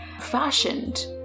Fashioned